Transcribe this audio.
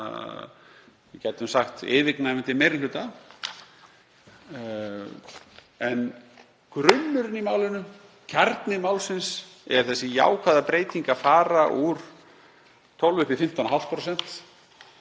við gætum sagt yfirgnæfandi meiri hluta. En grunnurinn í málinu, kjarni málsins, er sú jákvæða breyting að fara úr 12% upp í 15,5%.